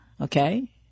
okay